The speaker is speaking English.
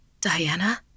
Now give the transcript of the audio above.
Diana